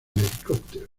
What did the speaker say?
helicóptero